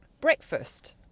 breakfast